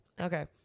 Okay